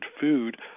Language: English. food